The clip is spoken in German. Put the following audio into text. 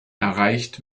erreicht